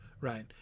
Right